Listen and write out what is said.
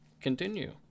continue